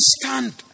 stand